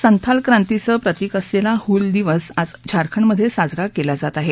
संथाल क्रांतीचे प्रतिक असलेला हूल दिवस आज झारखंडमधे साजरा केला जात आहे